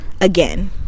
again